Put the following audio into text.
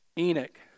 Enoch